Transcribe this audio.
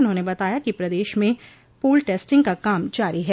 उन्होंने बताया कि प्रदेश में पूल टेस्टिंग का काम जारी है